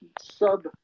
sub